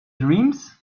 dreams